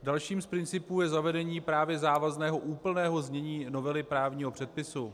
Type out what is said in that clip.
Dalším z principů je zavedení právě závazného úplného znění novely právního předpisu.